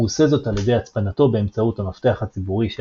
הוא עושה זאת על ידי הצפנתו באמצעות המפתח הציבורי של